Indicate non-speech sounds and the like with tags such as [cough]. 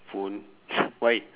phone [noise] why